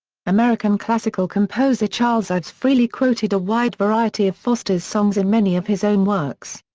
american classical composer charles ives freely quoted a wide variety of foster's songs in many of his own works.